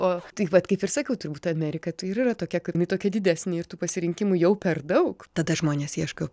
o taip pat kaip ir sakiau turbūt amerika tai ir yra tokia kad jinai tokia didesnė ir tų pasirinkimų jau per daug tada žmonės ieško